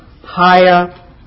higher